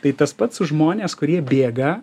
tai tas pats žmonės kurie bėga